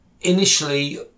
Initially